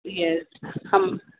یس ہم